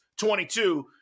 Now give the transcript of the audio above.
22